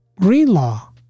Greenlaw